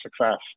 success